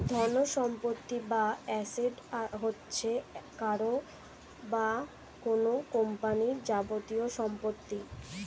ধনসম্পত্তি বা অ্যাসেট হচ্ছে কারও বা কোন কোম্পানির যাবতীয় সম্পত্তি